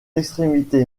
extrémité